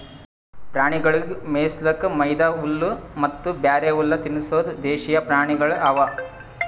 ಪ್ರಾಣಿಗೊಳಿಗ್ ಮೇಯಿಸ್ಲುಕ್ ವೈದು ಹುಲ್ಲ ಮತ್ತ ಬ್ಯಾರೆ ಹುಲ್ಲ ತಿನುಸದ್ ದೇಶೀಯ ಪ್ರಾಣಿಗೊಳ್ ಅವಾ